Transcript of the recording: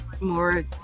more